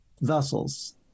vessels